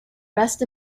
rest